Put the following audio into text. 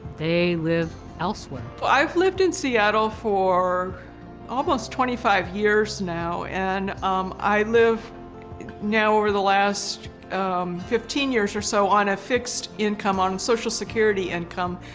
they live elsewhere. well, i've lived in seattle for almost twenty five years now, and i live now over the last um fifteen years or so on a fixed income, on social security income.